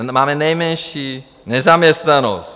Máme nejmenší nezaměstnanost.